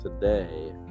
today